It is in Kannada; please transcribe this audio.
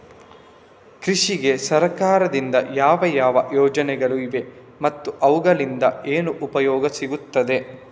ಕೃಷಿಗೆ ಸರಕಾರದಿಂದ ಯಾವ ಯಾವ ಯೋಜನೆಗಳು ಇವೆ ಮತ್ತು ಅವುಗಳಿಂದ ಏನು ಉಪಯೋಗ ಸಿಗುತ್ತದೆ?